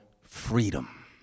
freedom